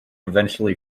eventually